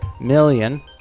million